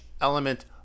element